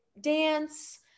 dance